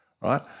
right